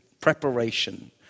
preparation